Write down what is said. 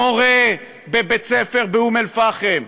מורה בבית-ספר באום אלפחם,